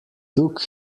took